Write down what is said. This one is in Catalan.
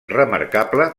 remarcable